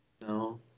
No